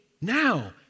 now